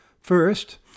First